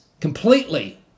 Completely